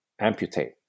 amputate